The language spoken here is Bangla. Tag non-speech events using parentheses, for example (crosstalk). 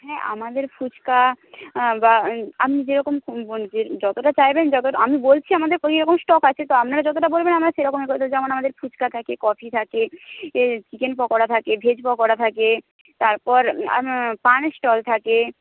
হ্যাঁ আমাদের ফুচকা বা আপনি যেরকম যতটা চাইবেন (unintelligible) আমি বলছি আমাদের (unintelligible) স্টক আছে তো আপনারা যতটা বলবেন আমরা সেরকমই (unintelligible) যেমন আমাদের ফুচকা থাকে কফি থাকে এ চিকেন পকোড়া থাকে ভেজ পকোড়া থাকে তারপর পানের স্টল থাকে